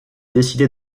décidé